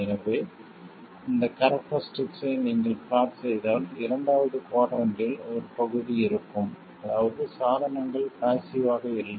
எனவே இந்த கேரக்டரிஸ்டிக்கை நீங்கள் பிளாட் செய்தால் இரண்டாவது குவாட்ரன்ட்டில் ஒரு பகுதி இருக்கும் அதாவது சாதனங்கள் பாஸ்ஸிவ் ஆக இல்லை